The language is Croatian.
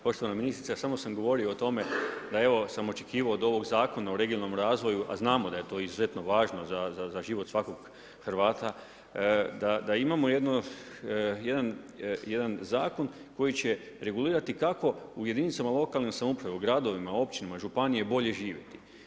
Poštovana ministrice samo sam govorio o tome da evo, sam očekivao od ovog Zakona o regionalnom razvoju, a znamo, da je to izuzetno važno za život svakog Hrvata, da imamo jedan zakon, koji će regulirati, kako u jedinicama lokalne samouprave, u gradovima, općinama, županije bolje žive.